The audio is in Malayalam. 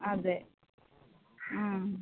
അതെ ആ